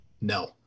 No